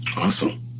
Awesome